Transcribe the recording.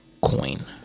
coin